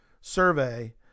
survey